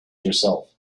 yourself